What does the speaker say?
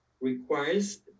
requires